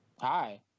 Hi